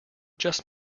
just